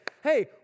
hey